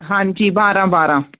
ਹਾਂਜੀ ਬਾਰਾਂ ਬਾਰਾਂ